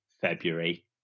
February